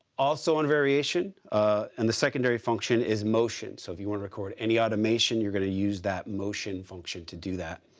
also on variation and the secondary function is motion. so if you want to record any automation, you're going to use that motion function to do that.